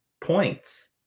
points